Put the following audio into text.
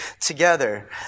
together